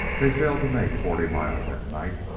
they failed to make forty mile that night,